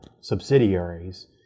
subsidiaries